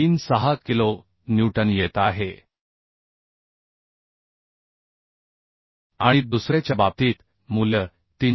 36 kilo newton येत आहे आणि दुसऱ्याच्या बाबतीत मूल्य 390